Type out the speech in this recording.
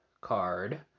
card